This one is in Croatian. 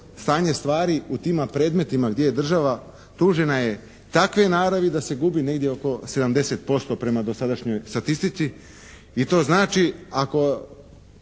stanje stvari u tima predmetima gdje je država tužena je takve naravi da se gubi negdje oko 70% prema dosadašnjoj statistici. I to znači ako